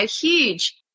huge